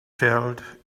felt